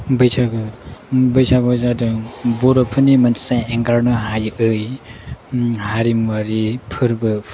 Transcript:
बैसागु बैसागुआ जादों बर'फोरनि मोनसे एंगारनो हायै हारिमुआरि फोरबो